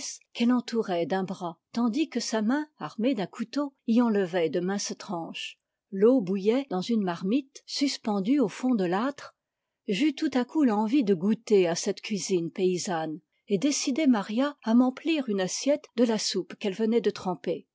qu'elle entourait d'un bras tandis que sa main armée d'un couteau y enlevait de ininces tranches l'eau bouillait dans une marmite suspendue au fond de l'âtre j'eus tout à coup l'envie de goûter à cette cuisine paysanne et décidai maria à m'em plir une assiette de la soupe qu'elle venait de tremper